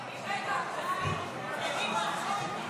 אני קובע כי הצעת חוק קבלת ילד של משרת מילואים